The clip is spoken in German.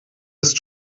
ist